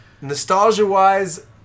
Nostalgia-wise